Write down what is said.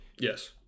Yes